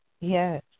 Yes